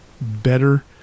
better